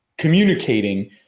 communicating